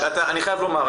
אני חייב לומר,